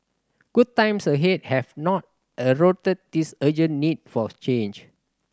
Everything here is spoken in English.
good times ahead have not eroded this urgent need for change